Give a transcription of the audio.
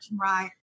Right